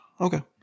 Okay